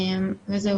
וזהו,